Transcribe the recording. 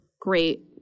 great